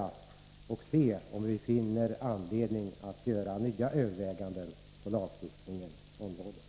Då får vi se om vi finner anledning att göra nya överväganden beträffande lagstiftningen i denna fråga.